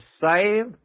save